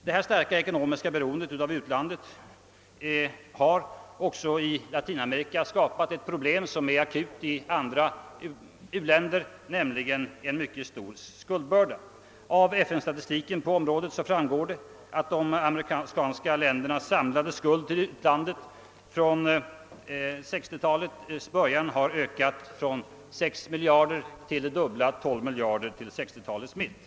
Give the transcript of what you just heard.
Det starka ekonomiska beroendet av utlandet har också i latinamerika skapat ett problem som är akut i andra uländer, nämligen en mycket stor skuldbörda. Av FN-statistiken framgår att de latinamerikanska ländernas samlade skuld till utlandet från 1960-talets början ökat från 6 miljarder till det dubbla, 12 miljarder, vid 1960-talets mitt.